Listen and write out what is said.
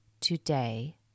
today